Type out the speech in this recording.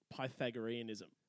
Pythagoreanism